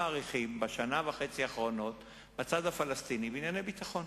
שבשנה וחצי האחרונה נעשו בצד הפלסטיני בענייני ביטחון